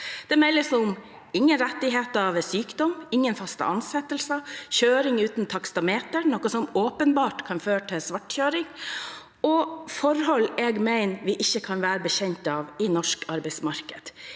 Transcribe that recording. Det meldes om ingen rettigheter ved sykdom, ingen faste ansettelser, kjøring uten taksameter, noe som åpenbart kan føre til svart kjøring, og forhold jeg mener vi ikke kan være bekjent av i norsk arbeidsmarked.